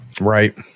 Right